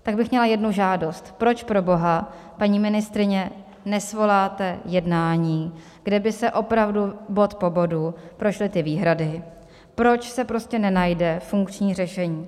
Tak bych měla jednu žádost: proč, proboha, paní ministryně, nesvoláte jednání, kde by se opravdu bod po bodu prošly ty výhrady, proč se prostě nenajde funkční řešení?